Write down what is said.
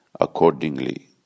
accordingly